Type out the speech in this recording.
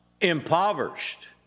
impoverished